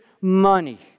money